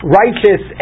righteous